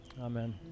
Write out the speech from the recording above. Amen